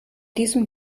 diesem